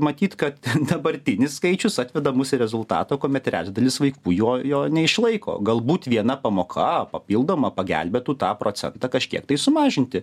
matyt kad dabartinis skaičius atveda mus į rezultatą kuomet trečdalis vaikų jo jo neišlaiko galbūt viena pamoka papildoma pagelbėtų tą procesą kažkiek sumažinti